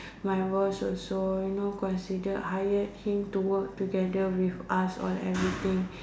my boss also you know considered hired him to work together with us all everything